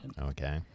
Okay